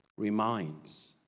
reminds